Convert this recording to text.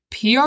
PR